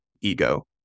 ego